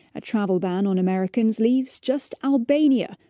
a travel ban on americans leaves just albania,